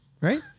Right